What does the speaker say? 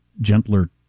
gentler